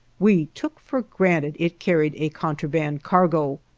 we took for granted it carried a contraband cargo.